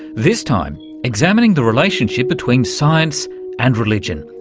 this time examining the relationship between science and religion,